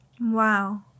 Wow